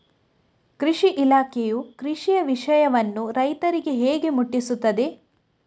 ಕೃಷಿ ಇಲಾಖೆಯು ಕೃಷಿಯ ವಿಷಯವನ್ನು ರೈತರಿಗೆ ಹೇಗೆ ಮುಟ್ಟಿಸ್ತದೆ?